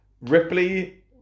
Ripley